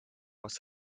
was